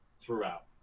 Throughout